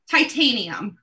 Titanium